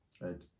right